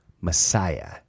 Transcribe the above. Messiah